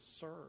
serve